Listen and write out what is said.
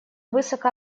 высоко